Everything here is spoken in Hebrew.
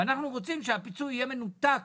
אנחנו רוצים שהפיצוי יהיה מנותק